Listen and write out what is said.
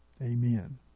Amen